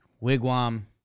Wigwam